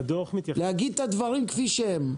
להגיד את הדברים כפי שהם.